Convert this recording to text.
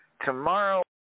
Tomorrow